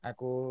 Aku